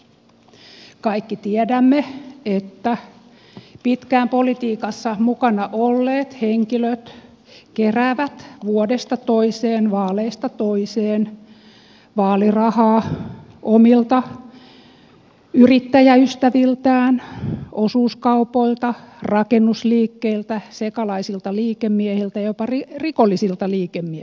kaikki tiedämme että pitkään politiikassa mukana olleet henkilöt keräävät vuodesta toiseen vaaleista toiseen vaalirahaa omilta yrittäjäystäviltään osuuskaupoilta rakennusliikkeiltä sekalaisilta liikemiehiltä jo pa rikollisilta liikemiehiltä